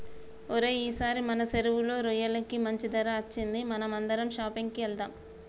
ఓరై ఈసారి మన సెరువులో రొయ్యలకి మంచి ధర అచ్చింది మనం అందరం షాపింగ్ కి వెళ్దాం